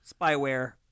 spyware